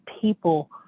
people